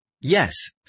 Yes